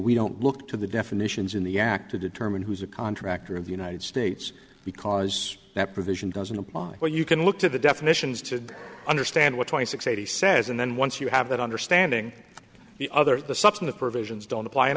we don't look to the definitions in the act to determine who's a contractor in the united states because that provision doesn't apply or you can look to the definitions to understand what twenty six eighty says and then once you have that understanding the other substantive provisions don't apply and